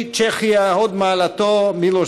7 היו"ר יולי